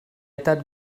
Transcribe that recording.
thought